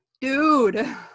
dude